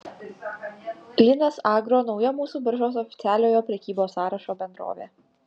linas agro nauja mūsų biržos oficialiojo prekybos sąrašo bendrovė